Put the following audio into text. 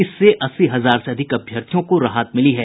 इससे अस्सी हजार से अधिक अभ्यर्थियों को राहत मिली है